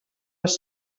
les